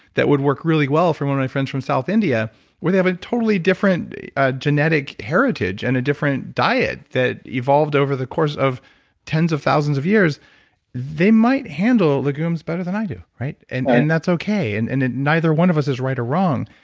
that would work really well for one of my friends from south india where they have a totally different ah genetic heritage and a different diet that evolved over the course of tens of thousands of years they might handle the goons better than i do, right? and and that's okay and and neither one of us is right or wrong.